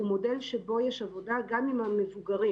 הוא מודל שבו יש עבודה גם עם המבוגרים.